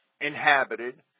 inhabited